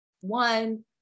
one